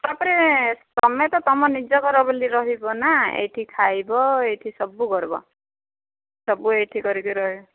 ତା'ପରେ ତମେ ତ ତମ ନିଜ ଘର ବୋଲି ରହିବନା ଏଇଠି ଖାଇବ ଏଇଠି ସବୁ କରିବ ସବୁ ଏଇଠି କରିକି ରହି